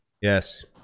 yes